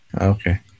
okay